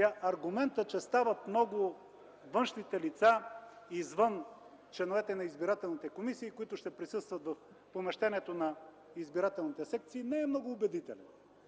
Аргументът, че външните лица извън членовете на избирателните комисии, които ще присъстват в помещението на избирателните секции, стават много, не е много убедителен.